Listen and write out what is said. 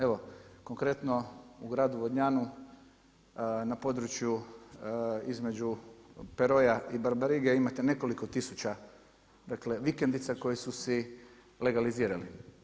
Evo konkretno u gradu Vodnjanu na području između Peroja i Barabarige imate nekoliko tisuća vikendica koje su si legalizirali.